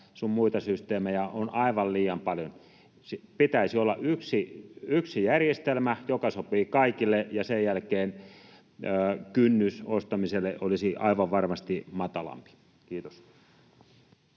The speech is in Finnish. sun muita systeemejä on aivan liian paljon. Pitäisi olla yksi järjestelmä, joka sopii kaikille, ja sen jälkeen kynnys ostamiselle olisi aivan varmasti matalampi. — Kiitos.